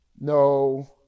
no